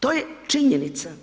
To je činjenica.